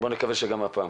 נקווה שגם הפעם.